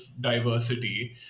diversity